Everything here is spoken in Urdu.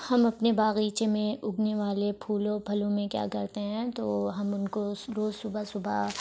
ہم اپنے باغیچے میں اگنے والے پھولوں پھلوں میں کیا کرتے ہیں تو ہم ان کو روز صبح صبح